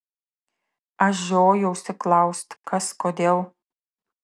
aš žiojuosi klaust kas kodėl